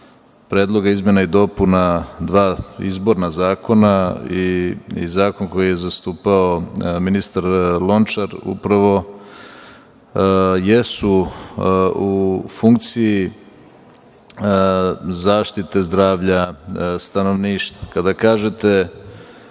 predloga izmena i dopuna dva izborna zakona i zakon koji je zastupao ministar Lončar upravo jesu u funkciji zaštite zdravlja stanovništva.